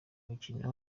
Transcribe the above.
mukino